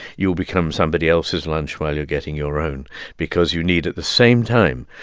you'll become somebody else's lunch while you're getting your own because you need, at the same time,